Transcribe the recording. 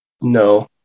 no